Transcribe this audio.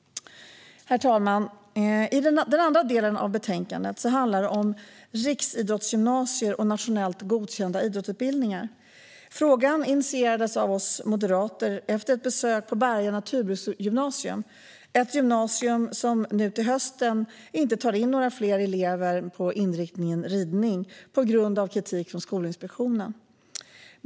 Herr talman! Den andra delen av betänkandet handlar om riksidrottsgymnasier och nationellt godkända idrottsutbildningar. Frågan initierades av oss moderater efter ett besök på Berga naturbruksgymnasium, ett gymnasium som nu till hösten inte tar in några fler elever på inriktningen ridning på grund av kritik från Skolinspektionen.